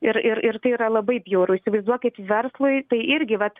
ir ir ir tai yra labai bjauru įsivaizduokit verslui tai irgi vat